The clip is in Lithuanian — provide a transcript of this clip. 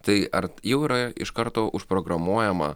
tai ar jau yra iš karto užprogramuojama